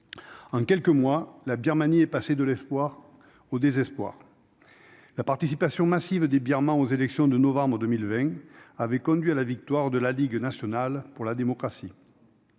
en quelques mois, la Birmanie est passée de l'espoir au désespoir. La participation massive des Birmans aux élections de novembre 2020 avait conduit à la victoire de la Ligue nationale pour la démocratie.